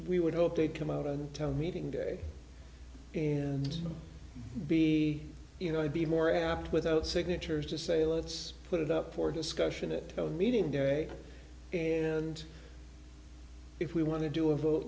we would hope they'd come out of town meeting day and be you know i'd be more apt without signatures to say let's put it up for discussion it meeting day and if we want to do a vote